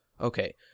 Okay